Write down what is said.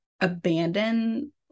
abandon